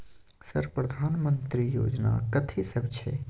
Sir प्रधानमंत्री योजना कथि सब छै?